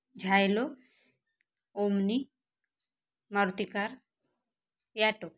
Xylo Omni Maruti car auto